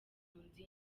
impunzi